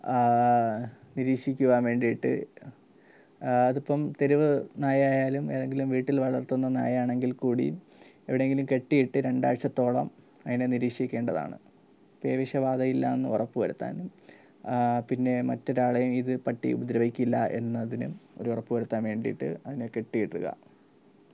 നിരീക്ഷിക്കുവാൻ വേണ്ടിയിട്ട് അതിപ്പോള് തെരുവ് നായയായാലും ഏതെങ്കിലും വീട്ടിൽ വളർത്തുന്ന നായയാണെങ്കിൽ കൂടിയും എവിടെയെങ്കിലും കെട്ടിയിട്ട് രണ്ടാഴ്ചത്തോളം അതിനെ നിരീക്ഷിക്കേണ്ടതാണ് പേവിഷബാധ ഇല്ല എന്ന് ഉറപ്പു വരുത്താനും പിന്നെ മറ്റൊരാളെ ഇത് പട്ടി ഉപദ്രവിക്കില്ല എന്നതിനും ഒരുറപ്പു വരുത്താൻ വേണ്ടിയിട്ട് അതിനെ കെട്ടിയിടുക